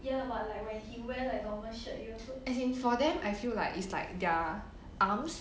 as in for them I feel like it's like their arms